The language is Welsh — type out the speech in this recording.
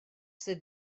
sydd